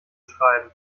schreiben